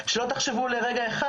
שלא תחשבו לרגע אחד.